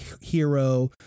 hero